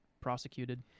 prosecuted